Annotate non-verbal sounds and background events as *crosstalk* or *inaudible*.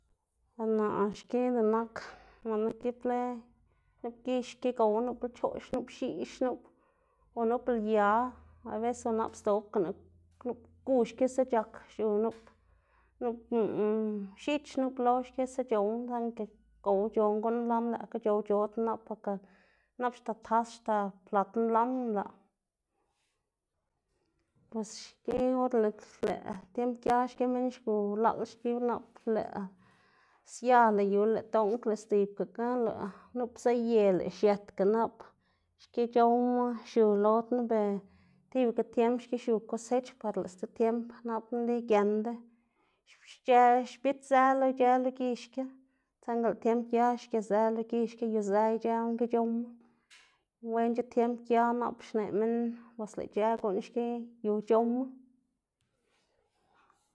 Naꞌ xki lëꞌ nak *noise* nonga gibla nup gix xki gowná, nup lchoꞌx, nup px̱iꞌx nup o nup lya o abese nap sdzobgana nup gu xkisa c̲h̲ak xiu nup *noise* nup *hesitation* x̱ich nup lo xkisa c̲h̲owná, saꞌnga lëꞌ gowc̲h̲oná guꞌn nlas lëꞌkga c̲h̲owc̲h̲odná nap porke nap axta tas axta plat nlan nlaꞌ, bos xki or lëꞌ lëꞌ tiemb gia minn xgu ulaꞌl xki nap lëꞌ lëꞌ sia lëꞌ yu lëꞌ dong lëꞌ sdzibga lëꞌ nup pzaꞌye lëꞌ xietga nap, xki c̲h̲owma xiu lo knu, ver tibaga tiempo xki xiu kosech par lëꞌ sti tiemb nap nli giendu xc̲h̲ë xbidz- zë lo ic̲h̲ë lo gix ki, saꞌnga lëꞌ tiemb gia xgezë lo gix ki yuzë ic̲h̲ë guꞌn ki c̲h̲owma, *noise* wenc̲h̲a tiemb gia nap xneꞌ minn bos lëꞌ ic̲h̲ë guꞌn ki yu c̲h̲owma. *noise*